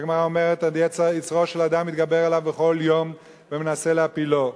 הגמרא אומרת: יצרו של אדם מתגבר עליו בכל יום ומנסה להפילו.